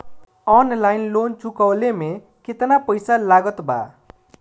Online loan चुकवले मे केतना पईसा लागत बा?